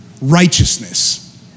righteousness